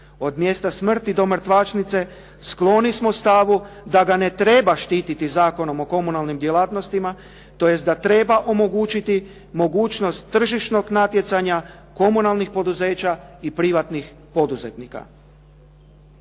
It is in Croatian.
od mjesta smrti do mrtvačnice, skloni smo stavu da ga ne treba štititi Zakonom o komunalnim djelatnostima tj. da treba omogućiti mogućnost tržišnog natjecanja komunalnih poduzeća i privatnih poduzetnika.